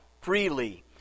freely